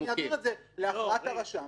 -- אני אעביר את זה להכרעת הרשם,